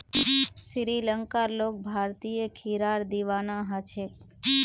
श्रीलंकार लोग भारतीय खीरार दीवाना ह छेक